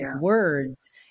words